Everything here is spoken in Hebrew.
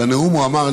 בנאום הוא אמר,